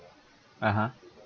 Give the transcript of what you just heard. (uh huh)